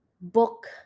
book